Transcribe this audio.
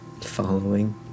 Following